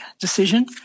decision